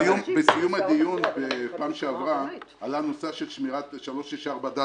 בסיום הדיון בפעם שעברה עלה הנושא של שמירת 364ד,